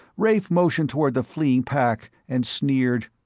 rafe motioned toward the fleeing pack and sneered,